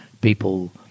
people